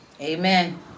Amen